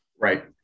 Right